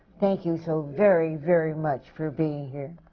thank you so very, very much for being here.